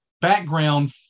background